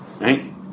right